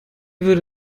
würde